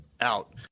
out